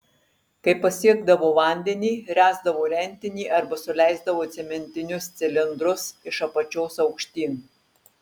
kai pasiekdavo vandenį ręsdavo rentinį arba suleisdavo cementinius cilindrus iš apačios aukštyn